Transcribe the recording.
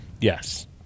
Yes